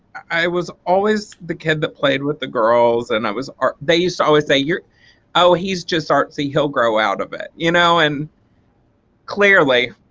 i was always the kid that played with the girls and i was ah they used to always say, oh he's just artsy he'll grow out of it you know? and clearly